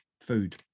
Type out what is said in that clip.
food